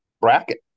bracket